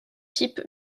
types